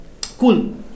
cool